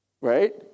Right